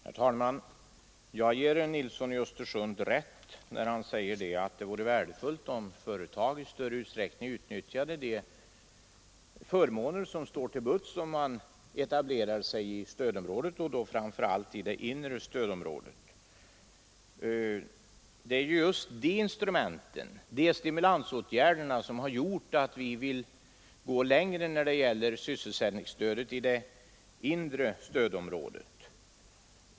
Herr talman! Jag ger herr Nilsson i Östersund rätt när han säger att det vore värdefullt om företag i större utsträckning utnyttjade de förmåner som står till buds och att man etablerar sig i stödområdet, framför allt i det inre stödområdet. Det är just på grund av att sådana stimulansåtgärder är ett användbart instrument som vi vill gå längre när det gäller sysselsättningsstödet i det inre stödområdet.